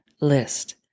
list